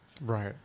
Right